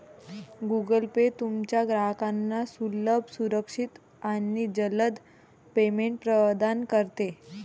Google Pay तुमच्या ग्राहकांना सुलभ, सुरक्षित आणि जलद पेमेंट प्रदान करते